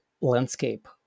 landscape